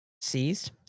seized